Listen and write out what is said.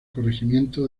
corregimiento